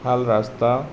ভাল ৰাস্তা